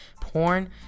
porn